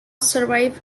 survives